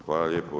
Hvala lijepo.